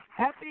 Happy